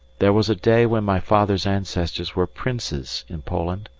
there was a day when my father's ancestors were princes in poland.